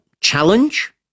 challenge